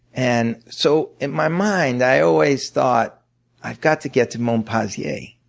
and so in my mind, i always thought i've got to get to monpazier.